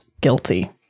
guilty